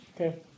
Okay